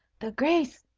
the grace,